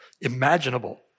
imaginable